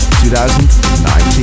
2019